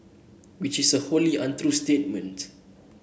which is a wholly untrue statement